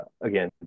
again